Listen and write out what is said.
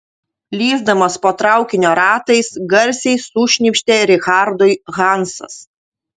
lįsdamas po traukinio ratais garsiai sušnypštė richardui hansas